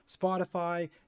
Spotify